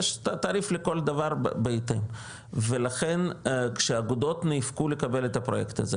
יש תעריף לכל דבר בהתאם ולכן כשהאגודות נאבקו לקבל את הפרויקט הזה,